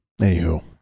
anywho